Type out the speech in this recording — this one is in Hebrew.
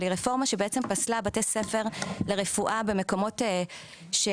אבל היא רפורמה שבעצם פסלה בתי ספר לרפואה במקומות שרמת